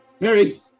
Mary